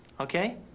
okay